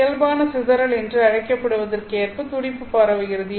இயல்பான சிதறல் என்று அழைக்கப்படுவதற்கு ஏற்ப துடிப்பு பரவுகிறது